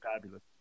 fabulous